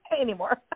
anymore